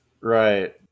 right